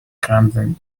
crumbling